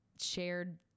shared